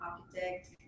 architect